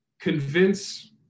convince